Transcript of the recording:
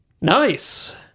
nice